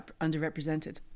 underrepresented